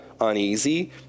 Uneasy